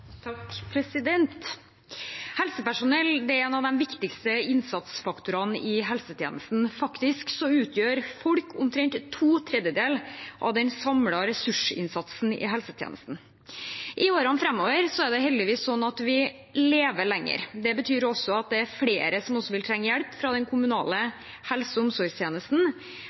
en av de viktigste innsatsfaktorene i helsetjenesten. Faktisk utgjør folk omtrent to tredjedeler av den samlede ressursinnsatsen i helsetjenesten. I årene framover er det heldigvis sånn at vi lever lenger. Det betyr også at det er flere som vil trenge hjelp fra den kommunale helse- og omsorgstjenesten.